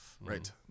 right